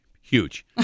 Huge